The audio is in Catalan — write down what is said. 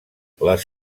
les